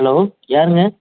hello யாருங்க